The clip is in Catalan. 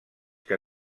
que